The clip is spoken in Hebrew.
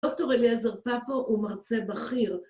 ‫דוקטור אליעזר פפו הוא מרצה בכיר.